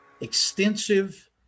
extensive